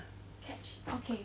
okay